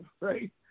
right